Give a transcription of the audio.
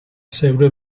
zeure